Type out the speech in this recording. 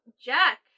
Jack